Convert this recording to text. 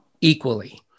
equally